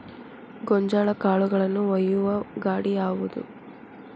ಗೋಂಜಾಳ ಕಾಳುಗಳನ್ನು ಒಯ್ಯುವ ಗಾಡಿ ಯಾವದು?